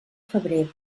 febrer